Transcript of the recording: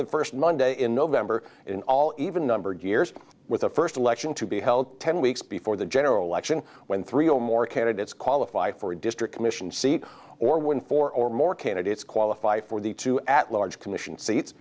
the first monday in november in all even numbered years with the first election to be held ten weeks before the general election when three or more candidates qualify for district commission seat or when four or more candidates qualify for the two at large commission seats